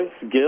Gil